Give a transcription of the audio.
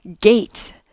gate